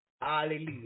Hallelujah